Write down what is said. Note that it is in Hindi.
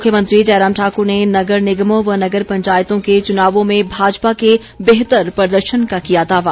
मुख्यमंत्री जयराम ठाकुर ने नगर निगमों व नगर पंचायतों के चुनावों में भाजपा के बेहतर प्रदर्शन का किया दावा